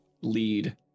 lead